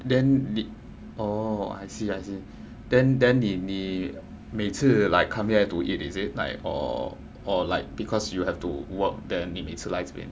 then le~ oh I see I see then then 你你每次 like come here to eat is it like or like is cause you have to work then 你每次来这边